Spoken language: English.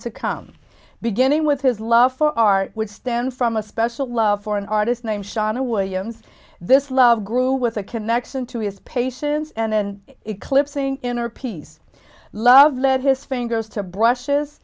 to come beginning with his love for our would stand from a special love for an artist named shana williams the love grew with a connection to his patience and eclipsing inner peace love lead his fingers to brushes